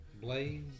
blaze